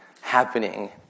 happening